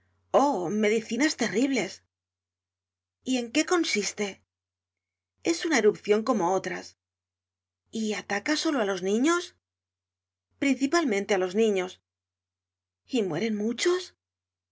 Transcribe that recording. oh medicinas terribles y en qué consiste es una erupcion como otras y ataca solo á los niños principalmente á los niños y mueren muchos